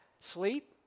Sleep